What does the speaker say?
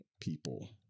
people